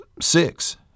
six